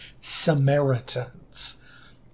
Samaritans